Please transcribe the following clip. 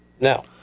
No